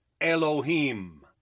Elohim